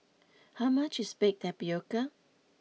how much is Baked Tapioca